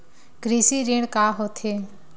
कृषि ऋण का होथे?